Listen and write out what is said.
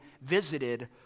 visited